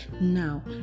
now